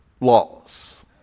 laws